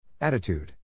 Attitude